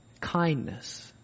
kindness